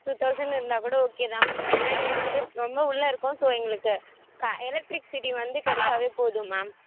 two thousand இருந்தால் கூட okay தான் மேம் ஏன்னா இங்கே வந்து ரொம்ப உள்ளே இருக்கோம் ஸோ எங்களுக்கு எலக்ட்ரிக்சிட்டி வந்து கிடைச்சாவே போதும் மேம்